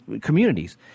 communities